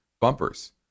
Bumpers